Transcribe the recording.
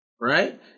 right